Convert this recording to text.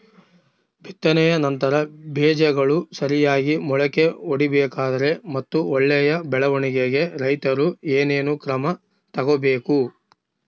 ಬಿತ್ತನೆಯ ನಂತರ ಬೇಜಗಳು ಸರಿಯಾಗಿ ಮೊಳಕೆ ಒಡಿಬೇಕಾದರೆ ಮತ್ತು ಒಳ್ಳೆಯ ಬೆಳವಣಿಗೆಗೆ ರೈತರು ಏನೇನು ಕ್ರಮ ತಗೋಬೇಕು?